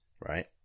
right